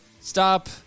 Stop